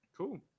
Cool